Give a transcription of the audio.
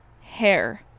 hair